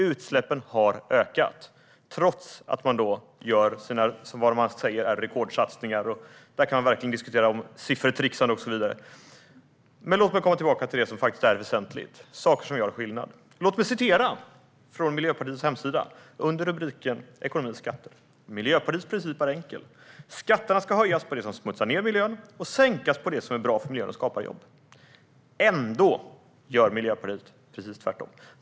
Utsläppen har ökat, trots att man gör vad man säger är rekordsatsningar. Där kan man verkligen diskutera om siffertricksande och så vidare. Låt mig komma tillbaka till det som faktiskt är väsentligt, saker som gör skillnad. Jag ska citera från Miljöpartiets hemsida under rubriken Ekonomi och skatter: "Miljöpartiets princip är enkel - skatterna ska höjas på det som smutsar ner miljön och sänkas på det som är bra för miljön och skapar jobb." Ändå gör Miljöpartiet precis tvärtom.